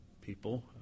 people